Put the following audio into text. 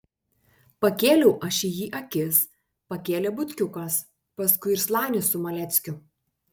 pakėliau aš į jį akis pakėlė butkiukas paskui ir slanius su maleckiu